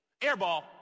Airball